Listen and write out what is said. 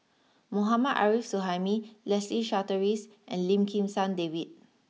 Mohammad Arif Suhaimi Leslie Charteris and Lim Kim San David